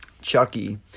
Chucky